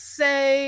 say